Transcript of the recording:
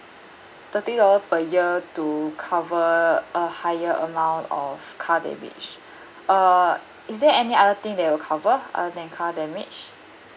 thirty dollar per year to cover a higher amount of car damage uh is there any other thing they'll cover other than car damage